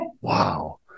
Wow